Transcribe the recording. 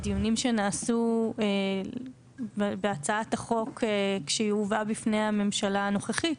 בדיונים שנעשו בהצעת החוק כשהיא הובאה בפני הממשלה הנוכחית,